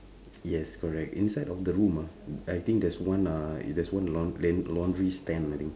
yes correct inside of the room ah I think there's one uh there's one laun~ laun~ laundry stand I think